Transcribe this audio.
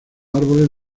árboles